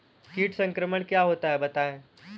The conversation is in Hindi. कीट संक्रमण क्या होता है बताएँ?